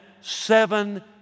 seven